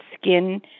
skin